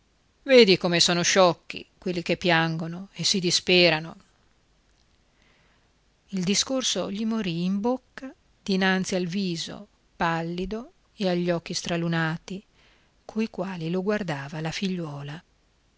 vedi come son sciocchi quelli che piangono e si disperano il discorso gli morì in bocca dinanzi al viso pallido e agli occhi stralunati coi quali lo guardava la figliuola